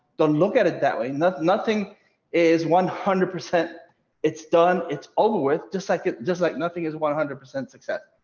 don't look at it that way. nothing nothing is one hundred percent it's done. it's all worth dislike it just like nothing is one hundred percent success.